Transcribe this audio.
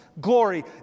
glory